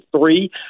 three